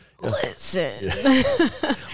listen